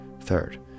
Third